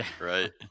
right